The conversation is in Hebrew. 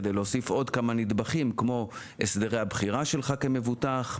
כדי להוסיף עוד כמה נדבכים כמו הסדרי הבחירה שלך כמבוטח,